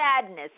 sadness